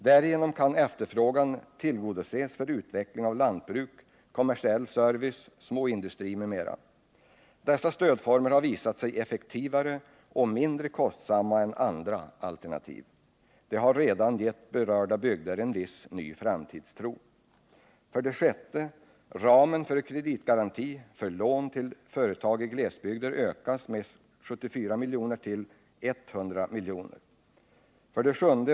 Därigenom kan efterfrågan tillgodoses för utveckling av lantbruk, kommersiell service, småindustri m.m. Dessa stödformer har visat sig effektivare och mindre kostsamma än andra alternativ. De har redan gett berörda bygder en viss ny framtidstro. 7.